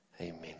Amen